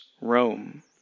Rome